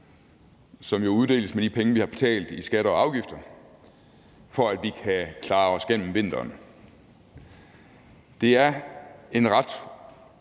som jo uddeles med de penge, vi har betalt i skatter og afgifter, for at vi kan klare os gennem vinteren. Det er en ret